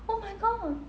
oh my god